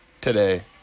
today